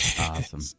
Awesome